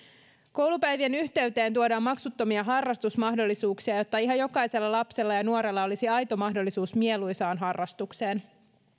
koulupäivien yhteyteen tuodaan maksuttomia harrastusmahdollisuuksia jotta ihan jokaisella lapsella ja nuorella olisi aito mahdollisuus mieluisaan harrastukseen